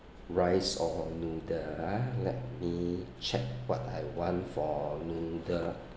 rice or noodle ah let me check what I want for noodle